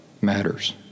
matters